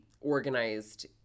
organized